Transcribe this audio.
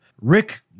Rick